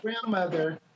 grandmother